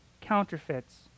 counterfeits